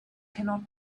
cannot